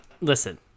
listen